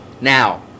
Now